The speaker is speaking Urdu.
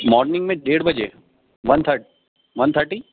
مارننگ میں ڈیڑھ بجے ون تھرڈ ون تھرٹی